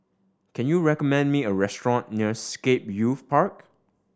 can you recommend me a restaurant near Scape Youth Park